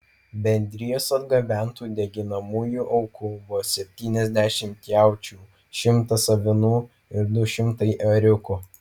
bendrijos atgabentų deginamųjų aukų buvo septyniasdešimt jaučių šimtas avinų ir du šimtai ėriukų